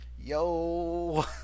yo